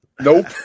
Nope